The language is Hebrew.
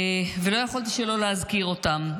ולא יכולתי שלא להזכיר אותם.